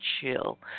chill